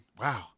Wow